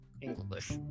English